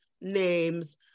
names